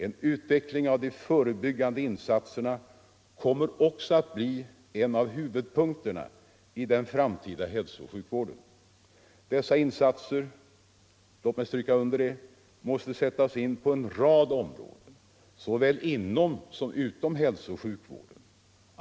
En utveckling av de förebyggande insatserna kommer också att bli en av huvudpunkterna i den framtida hälsooch sjukvården. Dessa insatser — låt mig stryka under det — måste sättas in på en rad områden, såväl inom som utom hälsooch sjukvården.